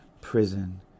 prison